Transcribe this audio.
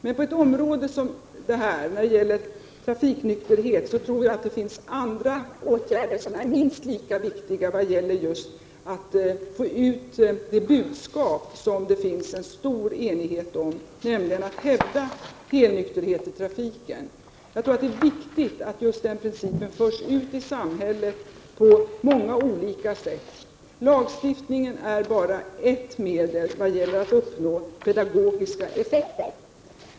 Men på ett område som detta, trafiknykterhet, finns det andra åtgärder som är minst lika viktiga vad gäller att få ut det budskap som det finns stor enighet om: att hävda helnykterhet i trafiken. Det är viktigt att just det budskapet förs ut i samhället på många olika sätt. Lagstiftningen är bara ett medel att uppnå pedagogisk effekt.